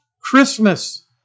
Christmas